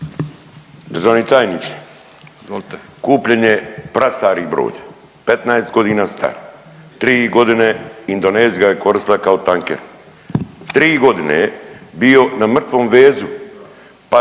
Izvolite./… kupljen je prastari brod, 15 godina star, 3 godine Indonezija ga je koristila kao tanker. 3 godine je bio na mrtvom vezu pa ste